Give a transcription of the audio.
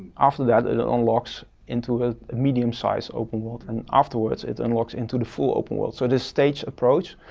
after that, it ah unlocks into a medium size open world, and afterwards it unlocks into the full open world, so this staged approach